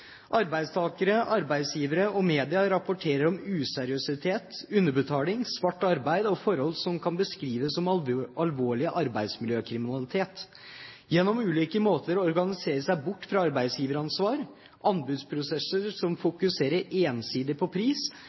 Arbeidstakere, arbeidsgivere og media rapporterer om useriøsitet, underbetaling, svart arbeid og forhold som kan beskrives som alvorlig arbeidsmiljøkriminalitet. Gjennom ulike måter å organisere seg bort fra arbeidsgiveransvar, anbudsprosesser som fokuserer ensidig på pris